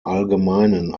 allgemeinen